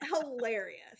hilarious